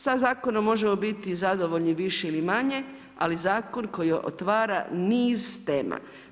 Sa zakonom možemo biti zadovoljni više ili manje ali zakon koji otvara niz tema.